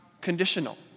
conditional